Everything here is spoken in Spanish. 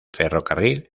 ferrocarril